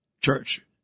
Church